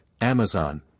Amazon